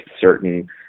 certain